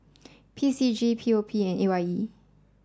P C G P O P and A Y E